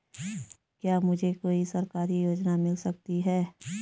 क्या मुझे कोई सरकारी योजना मिल सकती है?